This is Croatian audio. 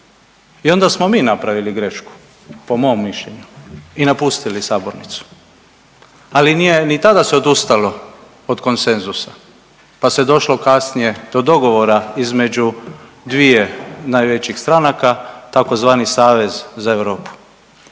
i onda smo mi napravili grešku po mom mišljenju i napustili sabornici, ali nije ni tada se odustalo od konsenzusa pa se došlo kasnije do dogovora između dvije najvećih stranaka tzv. Savez za Europu.